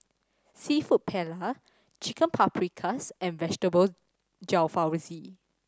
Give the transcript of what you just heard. Seafood Paella Chicken Paprikas and Vegetable Jalfrezi